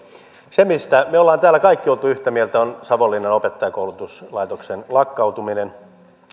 se mistä me olemme täällä kaikki olleet yhtä mieltä on savonlinnan opettajankoulutuslaitoksen lakkautuminen